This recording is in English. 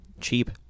Cheap